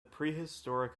prehistoric